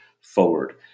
forward